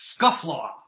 scufflaw